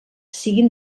siguin